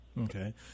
okay